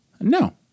No